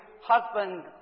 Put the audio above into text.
husband